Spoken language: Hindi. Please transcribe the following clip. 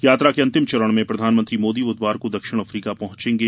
यात्रा के अंतिम चरण में प्रधानमंत्री मोदी बुधवार को दक्षिण अफ्रीका पहुंचेंगे